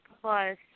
plus